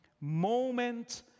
moment